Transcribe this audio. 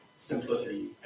simplicity